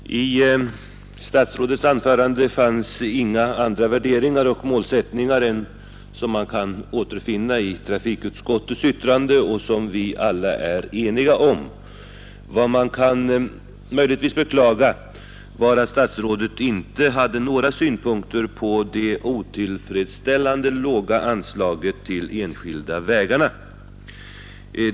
Herr talman! I statsrådets anförande fanns inga andra värderingar och målsättningar än de som man kan återfinna i trafikutskottets yttrande och som vi alla är eniga om. Vad man möjligtvis kan beklaga är att statsrådet inte hade några synpunkter på det otillfredsställande låga anslaget till de enskilda vägarna.